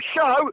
show